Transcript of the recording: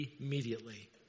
immediately